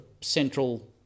central